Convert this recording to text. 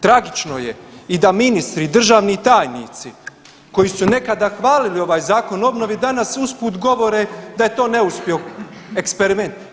Tragično je i da ministri i državni tajnici koji su nekada hvalili ovaj Zakon o obnovi danas usput govore da je to neuspio eksperiment.